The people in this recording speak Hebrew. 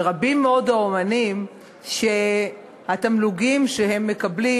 ורבים מאוד האמנים שהתמלוגים שהם מקבלים